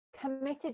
committed